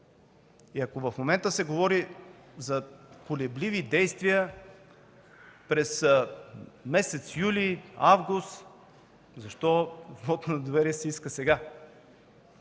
Ако в момента се говори за колебливи действия през месец юли-август, защо вот на недоверие се иска сега?!